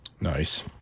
Nice